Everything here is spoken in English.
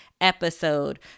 episode